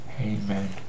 Amen